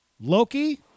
Loki